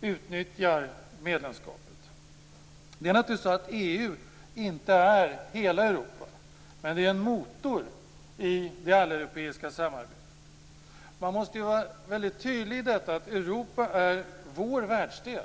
utnyttjar medlemskapet. EU är naturligtvis inte hela Europa, men det är en motor i hela det alleuropeiska samarbetet. Man måste vara väldigt tydlig i detta att Europa är vår världsdel.